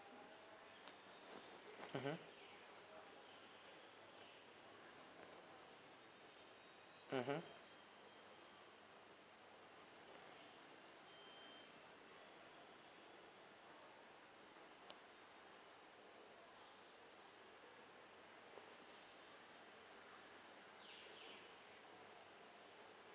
mmhmm mmhmm